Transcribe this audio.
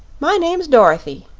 my name's dorothy,